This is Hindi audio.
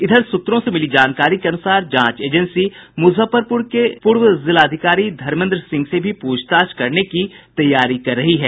इधर सूत्रों से मिली जानकारी के अनुसार जांच एजेंसी मुजफ्फरपुर के पूर्व जिलाधिकारी धर्मेन्द्र सिंह से भी पूछताछ करने की तैयारी कर रही है